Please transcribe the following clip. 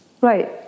Right